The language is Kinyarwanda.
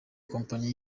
kompanyi